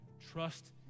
trust